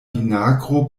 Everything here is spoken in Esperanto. vinagro